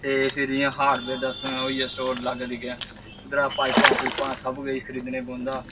ते फिरी जियां हार्डवेयर दा होई गेआ स्टोर लाग्गे दिग्गे उद्धरा पाइपां पूइपां सब किश खरीदने पौंदा